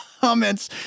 comments